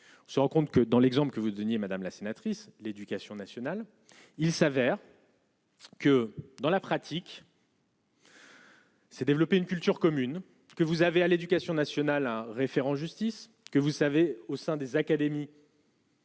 on se rend compte que, dans l'exemple que vous deveniez madame la sénatrice, l'éducation nationale, il s'avère. Que dans la pratique. S'est développée une culture commune, que vous avez à l'éducation nationale un référent justice que vous savez au sein des académies.